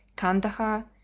kandahar,